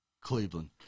Cleveland